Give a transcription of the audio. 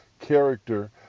character